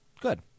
Good